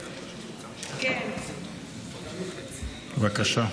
טיבי, בבקשה.